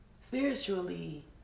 spiritually